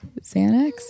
Xanax